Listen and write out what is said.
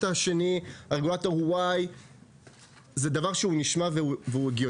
השני הרגולטור הוא .Y זה דבר שהוא הגיוני.